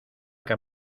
que